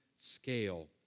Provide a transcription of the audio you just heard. scale